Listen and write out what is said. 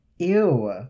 Ew